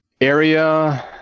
area